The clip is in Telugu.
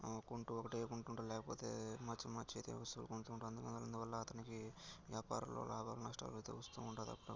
కొంటే ఒకటే కొంటుంటారు లేకపోతే మార్చి మార్చి అయితే వస్తువులు కొంటుంటారు అందుకని అందువల్ల అతనికి వ్యాపారంలో లాభాలు నష్టాలు అయితే వస్తూ ఉంటుంది అప్పుడప్పుడు